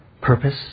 purpose